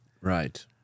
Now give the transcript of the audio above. Right